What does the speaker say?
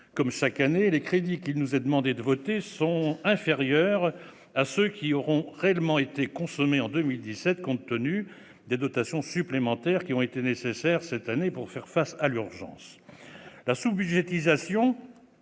comme chaque année, les crédits qu'il nous est demandé de voter sont inférieurs à ceux qui auront réellement été consommés en 2017, compte tenu des dotations supplémentaires qui ont été nécessaires pour faire face à l'urgence.